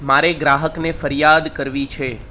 મારે ગ્રાહકને ફરિયાદ કરવી છે